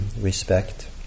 respect